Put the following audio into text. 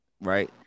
right